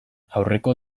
aurreko